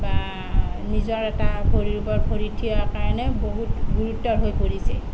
বা নিজৰ এটা ভৰিৰ ওপৰত ভৰিত থিয় হোৱাৰ কাৰণে বহুত গুৰুতৰ হৈ পৰিছে